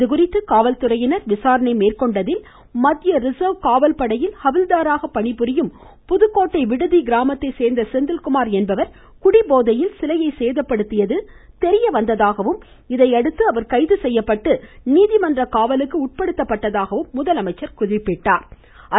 இதுகுறித்து காவல்துறையினர் விசாரணை மேற்கொண்டதில் மத்திய ரிசர்வ் காவல்படையில் ஹவில்தாராக பணிபுரியும் புதுக்கோட்டை விடுதி கிராமத்தை சேர்ந்த செந்தில்குமார் என்பவர் குடிபோதையில் சிலையை சேதப்படுத்தியது தெரிய வந்ததாகவும் இதையடுத்து அவர் கைது செய்யப்பட்டு நீதிமன்ற காவலுக்கு உட்படுத்தப்பட்டதாகவும் முதலமைச்சர் குறிப்பிட்டார்